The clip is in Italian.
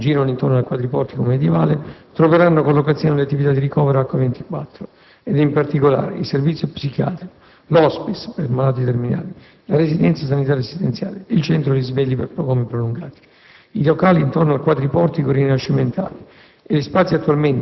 Negli spazi al piano primo che dall'ingresso di Via Roma Libera girano intorno al quadriportico medievale troveranno collocazione le attività di ricovero "H24" ed in particolare: il servizio psichiatrico; l'*hospice* per malati terminali; la residenza sanitaria assistenziale; il centro risvegli per comi prolungati.